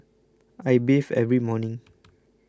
I bathe every morning